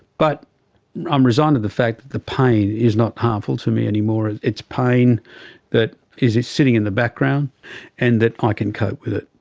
um resigned to the fact that the pain is not harmful to me anymore. it's pain that is is sitting in the background and that i can cope with it.